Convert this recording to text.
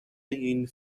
این